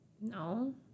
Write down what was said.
No